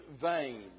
vain